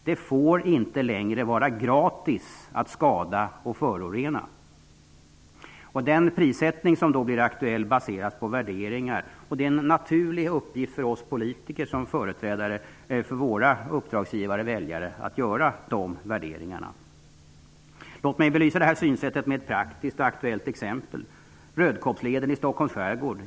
Det får inte längre vara gratis att skada och förorena. Den prissättning som då blir aktuell baseras på värderingar. Det blir en naturlig uppgift för oss politiker som företrädare för våra uppdragsgivare, väljarna, att göra de värderingarna. Låt mig belysa det här synsättet med ett praktiskt och aktuellt exempel: Rödkobbsleden i Stockholms skärgård.